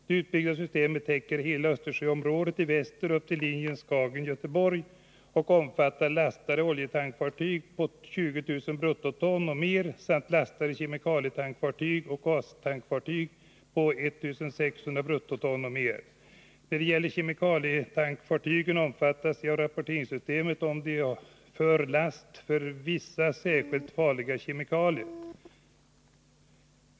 Det utbyggda systemet täcker hela Östersjöområdet, i väster upp till linjen Skagen-Göteborg, och omfattar lastade oljetankfartyg på 117 20 000 bruttoton och mer samt lastade kemikalietankfartyg och gastankfartyg på 1600 bruttoton och mer. När det gäller kemikalietankfartygen omfattas de av rapporteringssystemet, om de för last av vissa särskilt farliga kemikalier.